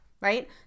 right